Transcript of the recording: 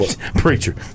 preacher